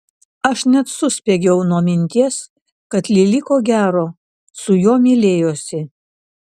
aš net suspiegiau nuo minties kad lili ko gero su juo mylėjosi